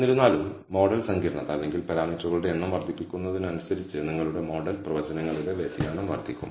എന്നിരുന്നാലും മോഡൽ സങ്കീർണ്ണത അല്ലെങ്കിൽ പാരാമീറ്ററുകളുടെ എണ്ണം വർദ്ധിപ്പിക്കുന്നതിനനുസരിച്ച് നിങ്ങളുടെ മോഡൽ പ്രവചനങ്ങളിലെ വ്യതിയാനം വർദ്ധിക്കും